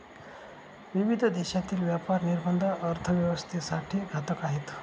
विविध देशांतील व्यापार निर्बंध अर्थव्यवस्थेसाठी घातक आहेत